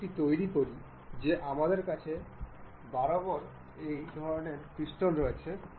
আমি একটি বোল্ট এবং একটি নাট ইমপোর্ট করব